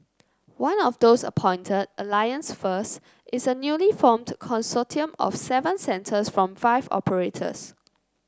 one of those appointed Alliance First is a newly formed consortium of seven centres from five operators